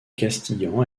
castillan